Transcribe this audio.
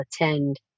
attend